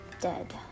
dead